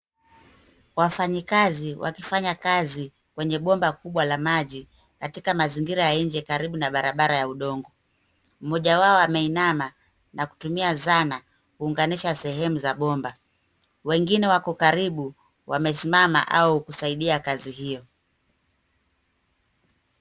Wafanyikazi wakifanya kazi kwenye bomba kubwa la maji katika mazingira ya nje karibu na barabara ya udongo. Mmoja wao ameinama na kutumia zana kuunganisha sehemu za bomba. Wengine wako karibu wamesimama au kusaidia kazi hiyo.